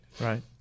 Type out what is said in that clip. right